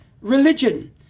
religion